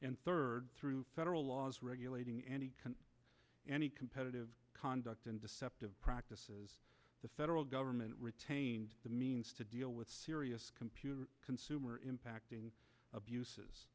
and third through federal laws regulating any competitive conduct and deceptive practices the federal government retained the means to deal with serious computer consumer impacting abuses